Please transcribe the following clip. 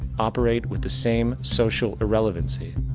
operate with the same social irrelevancy.